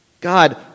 God